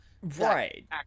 right